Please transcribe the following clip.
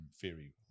theory